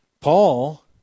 Paul